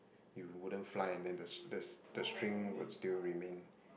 you couldn't fly and then the the the string will still remain